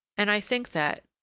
and i think that,